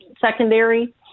secondary